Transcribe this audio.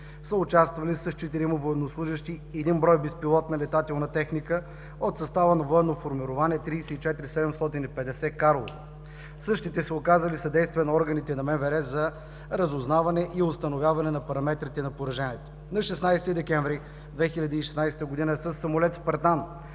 са участвали с четирима военнослужещи и един брой безпилотна летателна техника от състава на военно формирование 34750 – Карлово. Същите са оказали съдействие на органите на МВР за разузнаване и установяване на параметрите на пораженията. На 16 декември 2016 г. със самолет „Спартан“